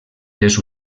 les